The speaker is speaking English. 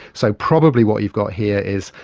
so probably what you've got here is,